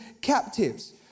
captives